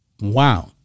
Wow